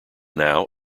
now